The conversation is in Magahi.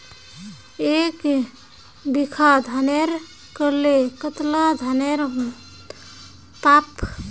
एक बीघा धानेर करले कतला धानेर पाम?